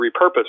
repurposed